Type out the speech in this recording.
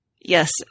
Yes